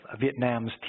Vietnam's